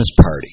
party